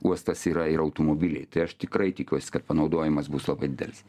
uostas yra ir automobiliai tai aš tikrai tikiuosi kad panaudojimas bus labai didelis